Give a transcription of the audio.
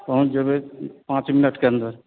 पहुँच जेबै पाँच मिनटके अन्दर